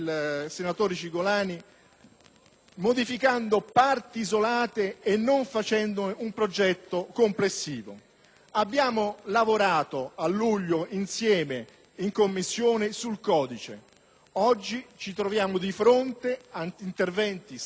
modificando parti isolate e non facendo un progetto complessivo. Abbiamo lavorato a luglio insieme in Commissione sul codice. Oggi ci troviamo di fronte ad interventi *spot* e non organici.